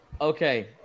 Okay